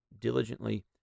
diligently